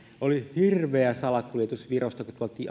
oli hirveä salakuljetus virosta kun tuotiin alkoholia ja